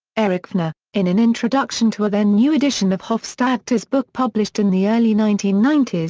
eric foner, in an introduction to a then-new edition of hofstadter's book published in the early nineteen ninety s,